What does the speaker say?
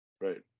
Right